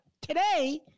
today